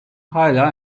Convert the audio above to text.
hâlâ